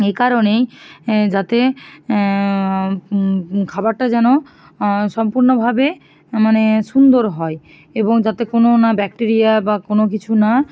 এই কারণেই যাতে খাবারটা যেন সম্পূর্ণভাবে মানে সুন্দর হয় এবং যাতে কোনো না ব্যাক্টেরিয়া বা কোনো কিছু না